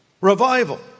Revival